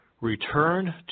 return